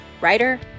writer